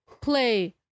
play